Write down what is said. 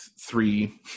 three